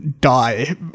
die